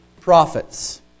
prophets